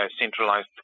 centralized